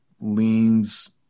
leans